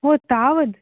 ओ तावद्